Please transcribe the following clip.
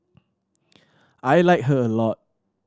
I like her a lot